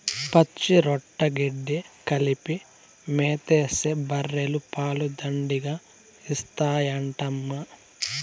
పచ్చిరొట్ట గెడ్డి కలిపి మేతేస్తే బర్రెలు పాలు దండిగా ఇత్తాయంటమ్మా